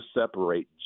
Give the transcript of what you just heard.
separate